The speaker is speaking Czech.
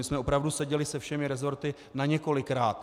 My jsme opravdu seděli se všemi rezorty na několikrát.